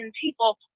people